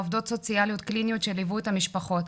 עובדות סוציאליות קליניות שליווי את המשפחות,